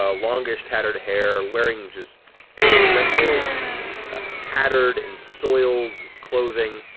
ah longish tattered hair, wearing just general tattered and soiled clothing,